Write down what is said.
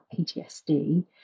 PTSD